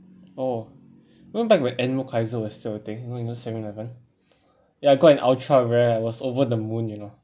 oh went back when was still a thing you know you know seven eleven ya got an ultra rare I was over the moon you know